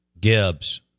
Gibbs